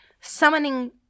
summoning